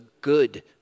good